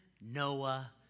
Noah